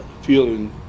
feeling